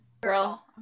Girl